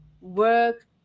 work